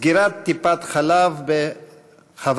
סגירת טיפת חלב בח'וואלד.